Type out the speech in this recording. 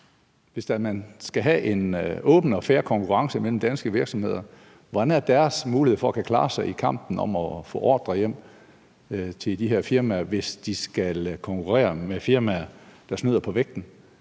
at man skal have en åben og fair konkurrence mellem danske virksomheder, hvad er så deres mulighed for at klare sig i kampen om at få ordrer hjem til sig, hvis de skal konkurrere med firmaer, der snyder på vægten,